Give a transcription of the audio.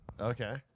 Okay